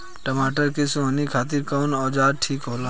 टमाटर के सोहनी खातिर कौन औजार ठीक होला?